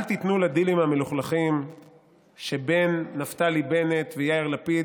אל תיתנו לדילים המלוכלכים שבין נפתלי בנט ליאיר לפיד